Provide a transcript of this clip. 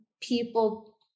people